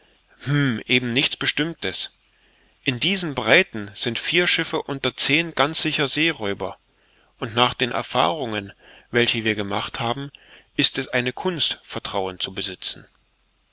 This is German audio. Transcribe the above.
eben nichts bestimmtes in diesen breiten sind vier schiffe unter zehn ganz sicher seeräuber und nach den erfahrungen welche wir gemacht haben ist es eine kunst vertrauen zu besitzen